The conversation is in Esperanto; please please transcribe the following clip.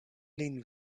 lin